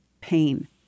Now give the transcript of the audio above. pain